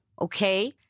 okay